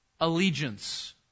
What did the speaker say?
allegiance